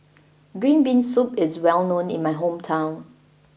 green bean soup is well known in my hometown